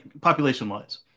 population-wise